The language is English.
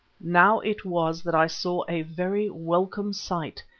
now it was that i saw a very welcome sight,